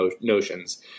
notions—